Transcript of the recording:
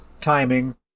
timing